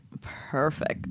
perfect